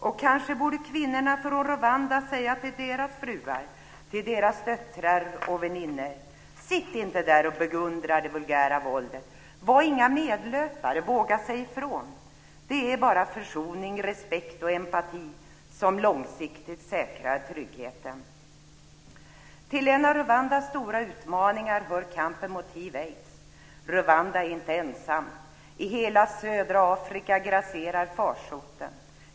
Och kanske borde kvinnorna från Rwanda säga till deras fruar, döttrar och vänninor: Sitt inte där och beundra det vulgära våldet, var inga medlöpare, våga säga ifrån! Det är bara försoning, respekt och empati som långsiktigt säkrar tryggheten. Till en av Rwandas stora utmaningar hör kampen mot hiv/aids. Rwanda är inte ensamt. I hela södra Afrika grasserar farsoten.